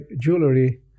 jewelry